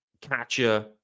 catcher